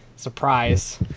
surprise